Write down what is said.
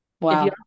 wow